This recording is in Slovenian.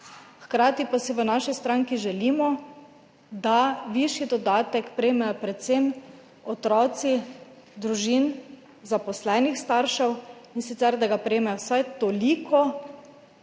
Hkrati pa si v naši stranki želimo, da višji dodatek prejmejo predvsem otroci družin zaposlenih staršev, in sicer da ga prejmejo vsaj toliko,